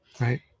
Right